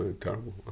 terrible